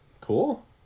cool